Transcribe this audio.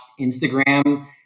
Instagram